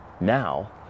now